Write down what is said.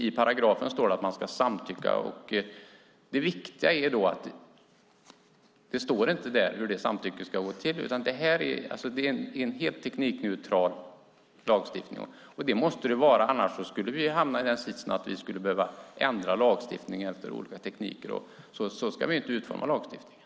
I paragrafen står det att man ska samtycka. Det viktiga är att det inte står hur samtycket ska gå till. Det är en helt teknikneutral lagstiftning, och det måste det vara. Annars skulle vi hamna i den sitsen att vi skulle behöva ändra lagstiftning efter olika tekniker, och så ska vi inte utforma lagstiftningen.